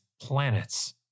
planets